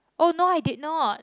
oh no I did not